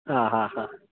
हा हा हा